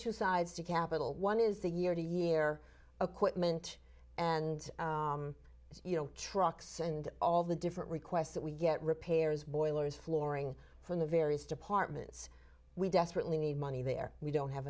two sides to capital one is the year to year equipment and you know trucks and all the different requests that we get repairs boilers flooring from the various departments we desperately need money there we don't have